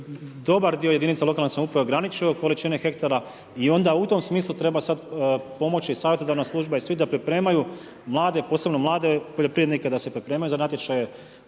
dobar dio jedinice lokalne samouprave ograničio količine hektara i onda u tom smislu treba sad pomoći savjetodavna služba i svi da pripremaju mlade, posebno mlade poljoprivrednike da se pripremaju za natječaje